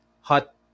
hot